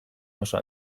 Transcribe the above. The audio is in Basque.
oso